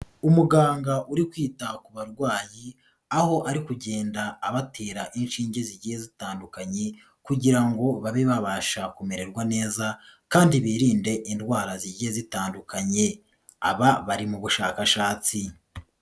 Umuganga uri kwita ku barwayi, aho ari kugenda abatera inshinge zigiye zitandukanye kugira ngo babe babasha kumererwa neza, kandi birinde indwara zigiye zitandukanye. Aba bari mu bushakashatsi.